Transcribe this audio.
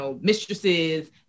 mistresses